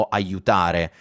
aiutare